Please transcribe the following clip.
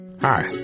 Hi